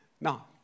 Now